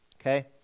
Okay